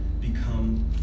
become